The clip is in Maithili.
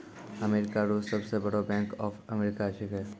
अमेरिका रो सब से बड़ो बैंक बैंक ऑफ अमेरिका छैकै